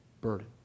burden